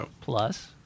Plus